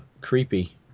creepy